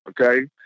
okay